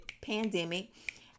pandemic